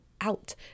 Out